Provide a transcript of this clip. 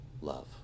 love